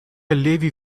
allievi